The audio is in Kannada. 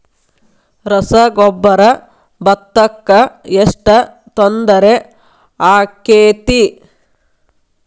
ರಸಗೊಬ್ಬರ, ಭತ್ತಕ್ಕ ಎಷ್ಟ ತೊಂದರೆ ಆಕ್ಕೆತಿ?